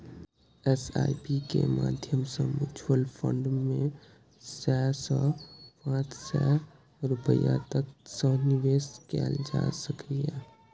SIP के माध्यम सं म्यूचुअल फंड मे सय सं पांच सय रुपैया तक सं निवेश कैल जा सकैए